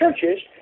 churches